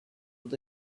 with